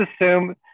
assume